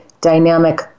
dynamic